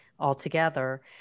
altogether